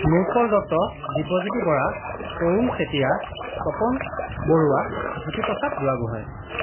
Nutpal Dutta Dibyajyoti Bora Tarun Chetia Tapan Baruah Jyotiprasad Burhagohain